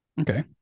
Okay